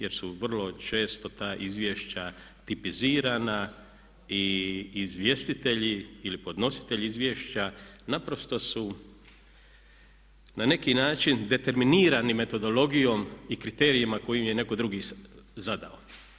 Jer su vrlo često ta izvješća tipizirana i izvjestitelji ili podnositelji izvješća naprosto su na neki način determinirani metodologijom i kriterijima koje im je netko drugi zadao.